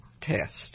test